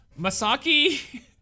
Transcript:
Masaki